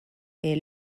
est